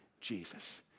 Jesus